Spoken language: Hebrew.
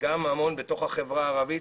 גם המון בתוך החברה הערבית.